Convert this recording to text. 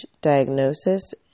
diagnosis